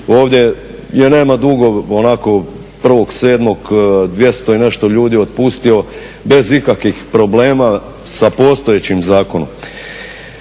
ovdje je nema dugo onako 1.07. 200 i nešto ljudi otpustio bez ikakvih problema sa postojećim zakonom.